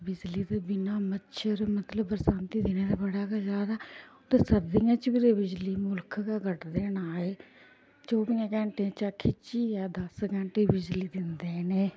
बिजली दे बिना मच्छर मतलब बरसांती दे दिनें ते बड़ा गै ज्यादा ते सर्दियें च बी ते बिजली मुल्ख गै कटदे न हाय चौबियें घैंटे चा खिच्चियै दस घैंटे बिजली दिंदे न एह्